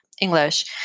English